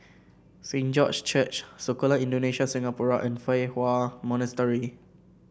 Saint George Church Sekolah Indonesia Singapura and Fa Hua Monastery